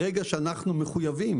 ברגע שאנחנו מחויבים,